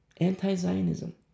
Anti-Zionism